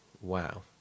Wow